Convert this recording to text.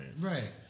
Right